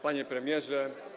Panie Premierze!